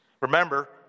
Remember